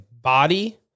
Body